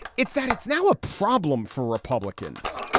it's that it's now a problem for republicans.